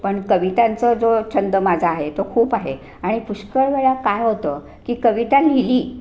पण कवितांचं जो छंद माझा आहे तो खूप आहे आणि पुष्कळ वेळा काय होतं की कविता लिहिली